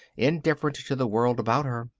indifferent to the world about her.